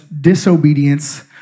disobedience